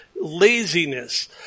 laziness